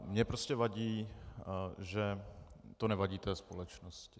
Mně prostě vadí, že to nevadí té společnosti.